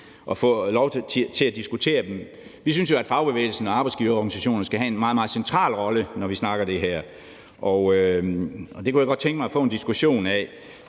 og fik lov til at diskutere dem. Vi synes jo, at fagbevægelsen og arbejdsgiverorganisationerne skal have en meget, meget central rolle, når vi snakker om det her, og det kunne jeg godt tænke mig at få en diskussion af,